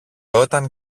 όταν